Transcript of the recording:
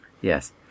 Yes